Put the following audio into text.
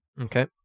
Okay